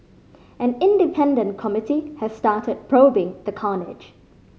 an independent committee has started probing the carnage